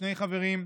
שני חברים,